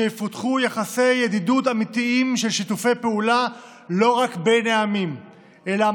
שיפותחו יחסי ידידות אמיתיים של שיתופי פעולה לא רק בין המדינות,